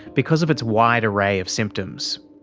because of its wide array of symptoms.